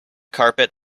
carpet